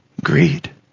Greed